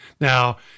Now